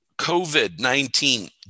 COVID-19